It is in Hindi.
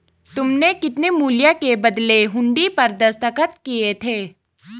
तुमने कितने मूल्य के बदले हुंडी पर दस्तखत किए थे?